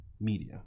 media